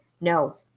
No